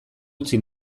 utzi